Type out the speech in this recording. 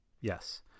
Yes